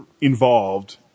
involved